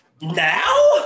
now